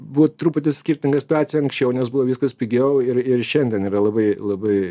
buvo truputį skirtinga situacija anksčiau nes buvo viskas pigiau ir ir šiandien yra labai labai